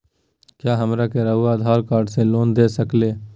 क्या हमरा के रहुआ आधार कार्ड से लोन दे सकेला?